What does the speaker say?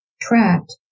tracked